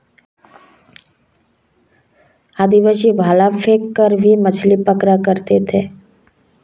आदिवासी भाला फैंक कर भी मछली पकड़ा करते थे